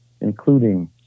including